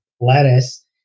lettuce